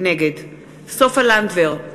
נגד סופה לנדבר,